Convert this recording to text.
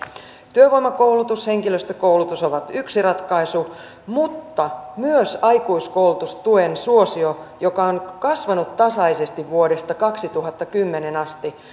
työvoimakoulutus henkilöstökoulutus ovat yksi ratkaisu mutta myös aikuiskoulutustuen suosio joka on kasvanut tasaisesti vuodesta kaksituhattakymmenen asti